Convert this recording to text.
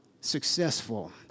successful